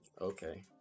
Okay